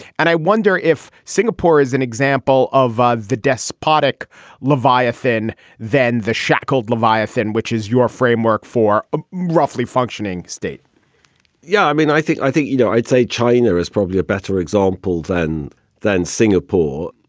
and i wonder if singapore is an example of ah the deaths partick leviathan then the shackled leviathan which is your framework for a roughly functioning state yeah i mean i think i think you know i'd say china is probably a better example than than singapore.